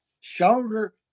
shoulder